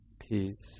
peace